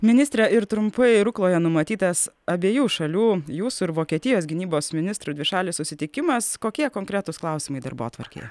ministre ir trumpai rukloje numatytas abiejų šalių jūsų ir vokietijos gynybos ministrų dvišalis susitikimas kokie konkretūs klausimai darbotvarkėje